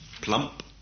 plump